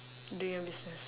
do your business